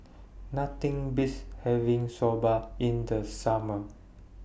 Nothing Beats having Soba in The Summer